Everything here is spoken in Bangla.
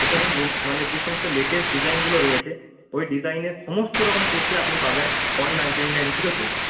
এখানে মানে যে সমস্ত লেটেস্ট ডিজাইনগুলো রয়েছে ওই ডিজাইনের সমস্ত রকম কুর্তি আপনি পাবেন ওয়ান নাইন্টি নাইন থেকে শুরু